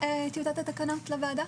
השירותים הווטרינרים,